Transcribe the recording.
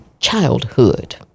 childhood